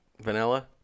Vanilla